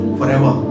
forever